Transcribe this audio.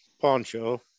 poncho